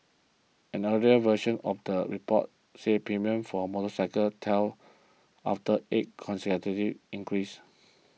an earlier version of the report said premiums for motorcycles tell after eight consecutive increases